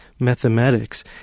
Mathematics